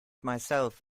myself